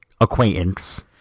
acquaintance